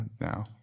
now